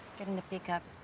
get in the pickup.